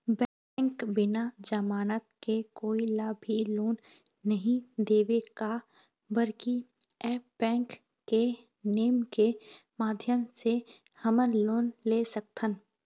Bank बिना जमानत के कोई ला भी लोन नहीं देवे का बर की ऐप बैंक के नेम के माध्यम से हमन लोन ले सकथन?